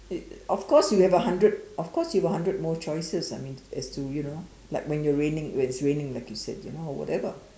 it of course you have a hundred of course you got hundred more choices I mean as to you know like when you're raining when it's raining like you said or whatever